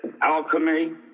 alchemy